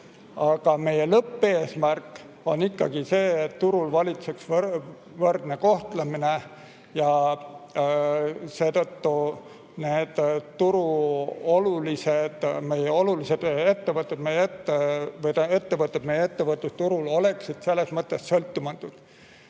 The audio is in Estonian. Aga meie lõppeesmärk on ikkagi see, et turul valitseks võrdne kohtlemine. Seetõttu need meie olulised ettevõtted meie ettevõtlusturul oleksid selles mõttes sõltumatud.